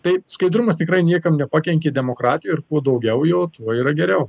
tai skaidrumas tikrai niekam nepakenkė demokratijoj ir kuo daugiau jo tuo yra geriau